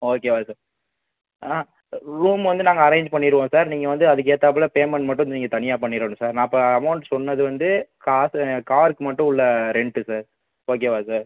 ஓகேவா சார் ஆ ரூம் வந்து நாங்கள் அரேஞ் பண்ணிருவோம் சார் நீங்கள் வந்து அதற்கேத்தாப்புல பேமெண்ட் மட்டும் நீங்கள் தனியாக பண்ணிரணும் சார் நான் அப்போ அமௌண்ட் சொன்னது வந்து காசு கார்க்கு மட்டும் உள்ள ரெண்ட்டு சார் ஓகேவா சார்